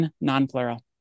non-plural